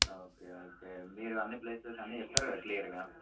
okay okay మీరు అన్నిప్లేసెస్ అన్నీ చెప్తారు కదా క్లియర్గా